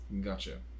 gotcha